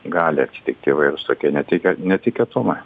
gali atsitikti įvairūs tokie netike netikėtumai